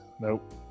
Nope